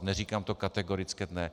Neříkám kategoricky ne.